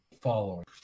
following